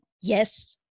Yes